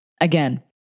Again